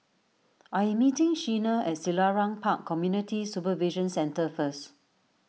I am meeting Sheena at Selarang Park Community Supervision Centre first